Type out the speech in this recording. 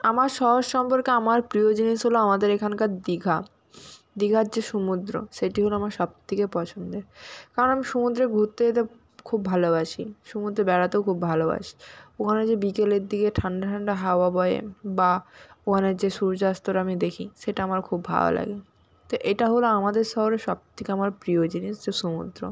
আমার শহর সম্পর্কে আমার প্রিয় জিনিস হলো আমাদের এখানকার দীঘা দীঘার যে সমুদ্র সেটি হলো আমার সব থেকে পছন্দের কারণ সমুদ্রে ঘুরতে যেতে খুব ভালোবাসি সমুদ্রে বেড়াতেও খুব ভালোবাসি ওখানে যে বিকেলের দিকে ঠান্ডা ঠান্ডা হাওয়া বয় বা ওখানের যে সূর্যাস্তটা আমি দেখি সেটা আমার খুব ভালো লাগে তো এটা হলো আমাদের শহরের সব থেকে আমার প্রিয় জিনিস যে সমুদ্র